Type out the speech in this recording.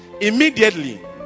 Immediately